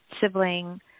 sibling